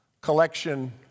collection